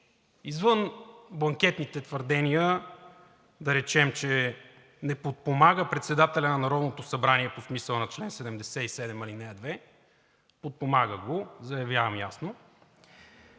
Извън бланкетните твърдения, да речем, че „не подпомага председателя на Народното събрание“ по смисъла на чл. 77, ал. 2. Подпомага го – заявявам ясно.